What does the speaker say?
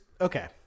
Okay